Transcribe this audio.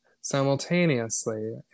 simultaneously